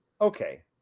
okay